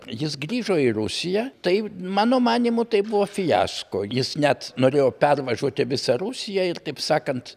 jis grįžo į rusiją tai mano manymu tai buvo fiasko jis net norėjo pervažiuoti visą rusiją ir taip sakant